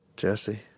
Jesse